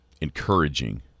encouraging